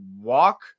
walk